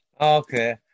Okay